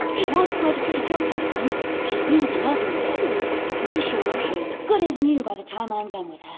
it was quite a tricky job this one she's oozing everywhere but you can be sure ah she'll look good as new by the time i'm done with her.